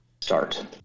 start